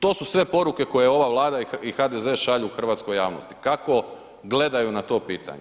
To su sve poruke koje ova Vlada i HDZ šalju hrvatskoj javnosti kako gledaju na to pitanje.